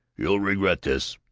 you'll regret this!